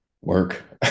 Work